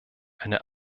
eine